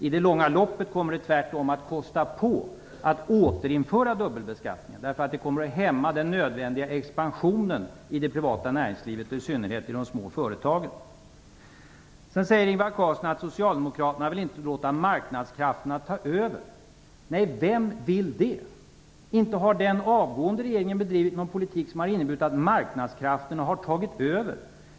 I det långa loppet kommer det tvärtom att kosta på att återinföra dubbelbeskattningen - det kommer att hämma den nödvändiga expansionen i det privata näringslivet och i synnerhet i de små företagen. Sedan sade Ingvar Carlsson att socialdemokraterna inte vill låta marknadskrafterna ta över. Nej, vem vill det? Inte har den avgående regeringen bedrivit någon politik som har inneburit att marknadskrafterna har tagit över.